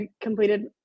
completed